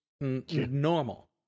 Normal